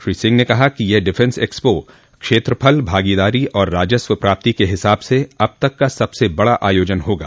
श्री सिंह ने कहा कि यह डिफेंस एक्सपो क्षेत्रफल भागीदारी और राजस्व प्राप्ति के हिसाब से अब तक का सबसे बड़ा आयोजन होगा